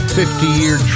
50-year